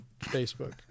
Facebook